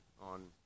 on